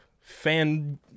fan